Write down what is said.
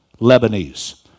Lebanese